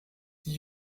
die